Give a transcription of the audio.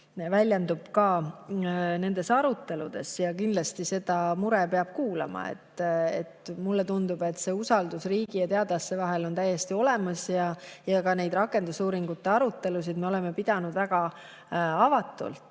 selgelt ka nendes aruteludes ja kindlasti seda muret peab kuulama. Mulle tundub, et usaldus riigi ja teadlaste vahel on täiesti olemas. Ka neid rakendusuuringute arutelusid me oleme pidanud väga avatult